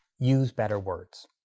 use better words.